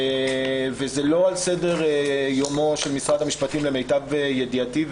זה לא על סדר יומו של משרד המשפטים, למיטב ידיעתי.